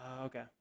okay